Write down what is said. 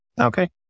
Okay